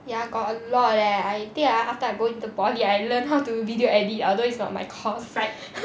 ya got a lot leh I think I after I go into poly I learned how to video edit although it's not my course like